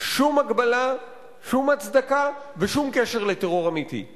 הוא בעצם קודקס שלם של חקיקה אלטרנטיבית דרקונית,